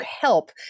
help